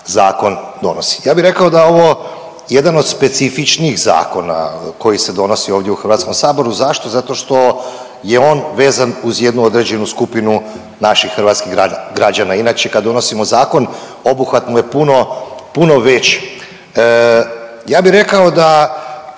zakon donosi. Ja bi rekao da je ovo jedan od specifičnijih zakona koji se donosi ovdje u Hrvatskom saboru. Zašto? Zato što je on vezan uz jednu određenu skupinu naših hrvatskih građana. Inače kad donosimo zakon obuhvat mu je puno, puno veći. Ja bi rekao da